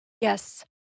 Yes